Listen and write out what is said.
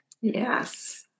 Yes